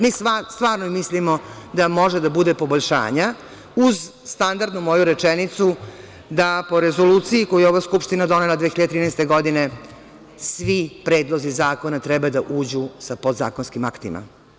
Mi stvarno mislimo da može da bude poboljšanja uz standardnu moju rečenicu da po rezoluciji koju je ova Skupština donela 2013. godine, svi predlozi zakona treba da uđu sa podzakonskim aktima.